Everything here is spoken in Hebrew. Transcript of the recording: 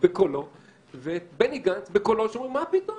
בקולו ואת בני גנץ בקולו שאומרים: מה פתאום?